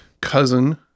Cousin